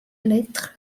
l’être